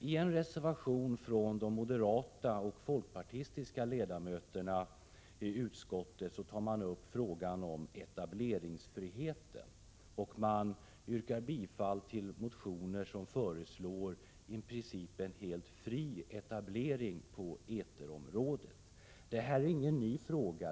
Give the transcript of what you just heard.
I en reservation tar de moderata och folkpartistiska ledamöterna i utskottet upp frågan om etableringsfriheten och tillstyrker motioner där i princip helt fri etablering på eterområdet föreslås. Det här är ingen ny fråga.